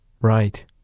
Right